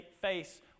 face